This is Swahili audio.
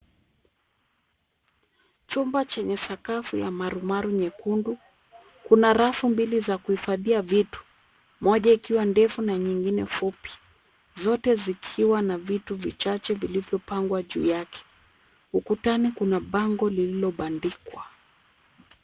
Chumba chenye sakafu ya marumaru nyekundu. Kuna rafu mbili za kuhifadhia vitu moja ikiwa ndefu na nyingine fupi. Zote zikiwa na vitu vichache vilivyopangwa juu yake. Ukutani kuna bango lililobandikwa.